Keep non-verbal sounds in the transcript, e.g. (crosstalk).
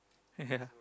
(laughs) ya